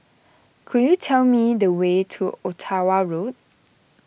could you tell me the way to Ottawa Road